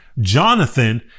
Jonathan